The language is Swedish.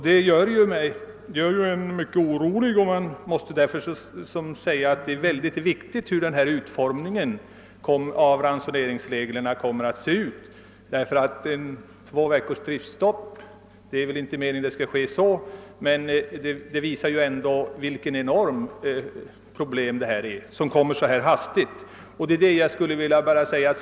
Detta väcker oro och gör det så mycket viktigare att utformningen av ransoneringsreglerna blir den rätta. Två veckors driftstopp — vi skall väl hoppas att det inte blir något sådant — visar vilket enormt problem det här gäller, speciellt när vi ställs inför det hela så hastigt som har skett.